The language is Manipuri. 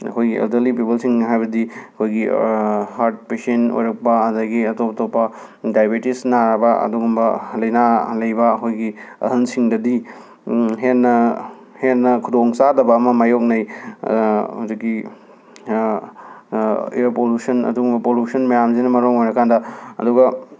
ꯑꯩꯈꯣꯏꯒꯤ ꯑꯦꯜꯗꯔꯂꯤ ꯄꯤꯄꯜꯁꯤꯡ ꯍꯥꯏꯕꯗꯤ ꯑꯩꯈꯣꯏꯒꯤ ꯍꯥꯔꯠ ꯄꯦꯁꯦꯟ ꯑꯣꯏꯔꯛꯄ ꯑꯗꯒꯤ ꯑꯇꯣꯞ ꯑꯇꯣꯞꯄ ꯗꯥꯏꯕꯦꯇꯤꯁ ꯅꯥꯕ ꯑꯗꯨꯒꯨꯝꯕ ꯂꯩꯅꯥ ꯂꯩꯕ ꯑꯩꯈꯣꯏꯒꯤ ꯑꯍꯜꯁꯤꯡꯗꯗꯤ ꯍꯦꯟꯅ ꯍꯦꯟꯅ ꯈꯨꯗꯣꯡꯆꯥꯗꯕ ꯑꯃ ꯃꯥꯌꯣꯛꯅꯩ ꯍꯧꯖꯤꯛꯀꯤ ꯏꯌꯔ ꯄꯣꯂꯨꯁꯟ ꯑꯗꯨꯒꯨꯝꯕ ꯄꯣꯂꯨꯁꯟ ꯃꯌꯥꯝꯁꯤꯅ ꯃꯔꯝ ꯑꯣꯏꯔꯀꯥꯟꯗ ꯑꯗꯨꯒ